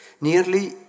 Nearly